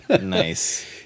Nice